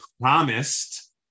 promised